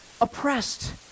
oppressed